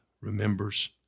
remembers